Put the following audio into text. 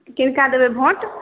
किनका देबै भोट